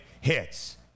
hits